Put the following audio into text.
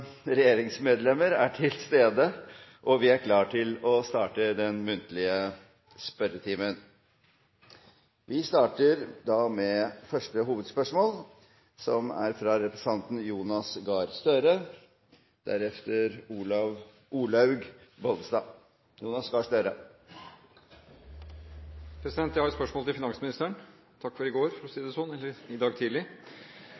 regjeringsmedlemmer er til stede, og vi er klare til å starte den muntlige spørretimen. Første hovedspørsmål er fra representanten Jonas Gahr Støre. Jeg har et spørsmål til finansministeren. Takk for i går, for å si